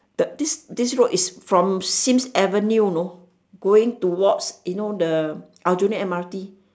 the this this road is from Sims avenue you know going towards you know the aljunied M_R_T